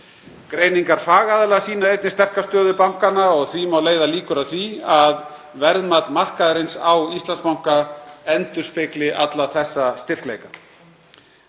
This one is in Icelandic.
Greiningar fagaðila sýna einnig sterka stöðu bankanna og því má leiða líkur að því að verðmat markaðarins á Íslandsbanka endurspegli alla þessa styrkleika.